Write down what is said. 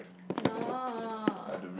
no